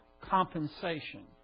compensation